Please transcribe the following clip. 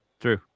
True